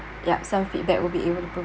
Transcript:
yup some feedback will be able to pro~